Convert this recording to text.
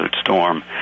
Storm